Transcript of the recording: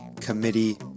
committee